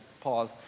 pause